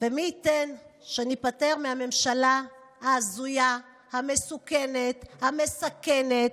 ומי ייתן שניפטר מהממשלה ההזויה, המסוכנת, המסכנת.